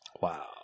Wow